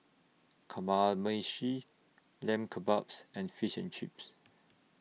Kamameshi Lamb Kebabs and Fish and Chips